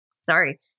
sorry